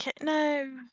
no